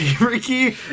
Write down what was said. Ricky